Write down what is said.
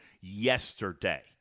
yesterday